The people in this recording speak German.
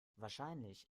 wahrscheinlich